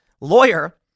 lawyer